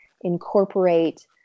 incorporate